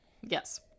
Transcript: Yes